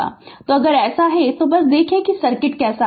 Refer Slide Time 1024 तो अगर ऐसा है तो बस देखें कि सर्किट कैसा है